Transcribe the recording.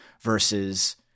versus